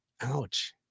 Ouch